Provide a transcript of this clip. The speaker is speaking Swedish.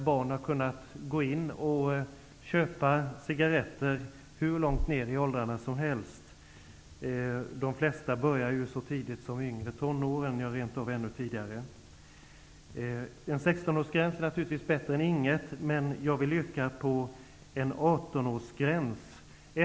Barn -- hur långt ner i åldrarna som helst -- har kunnat köpa cigaretter. De flesta börjar ju röka så tidigt som i yngre tonåren -- ja, rent av ännu tidigare. En 16-årsgräns är naturligtvis bättre än ingenting. Men jag vill yrka på en 18-årsgräns.